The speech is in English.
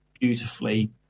beautifully